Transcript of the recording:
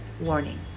warning